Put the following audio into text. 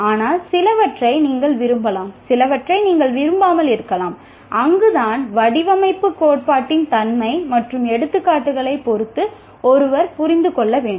ஆனால் சிலவற்றை நீங்கள் விரும்பலாம் சிலவற்றை நீங்கள் விரும்பாமல் இருக்கலாம் அங்குதான் வடிவமைப்புக் கோட்பாட்டின் தன்மை மற்றும் அந்த எடுத்துக்காட்டுகளைப் பொறுத்து ஒருவர் புரிந்து கொள்ள வேண்டும்